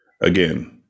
again